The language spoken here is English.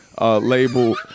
label